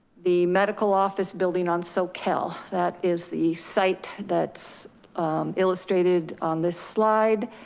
the medical office building on soquel, that is the site that's illustrated on this slide.